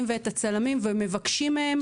ואת הצלמים ומבקשים מהם לא להיכנס.